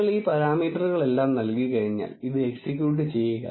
നിങ്ങൾ ഈ പാരാമീറ്ററുകളെല്ലാം നൽകിക്കഴിഞ്ഞാൽ ഇത് എക്സിക്യൂട്ട് ചെയ്യുക